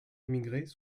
émigrés